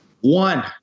One